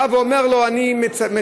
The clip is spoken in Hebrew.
הוא בא ואומר לו: אני מטלפן,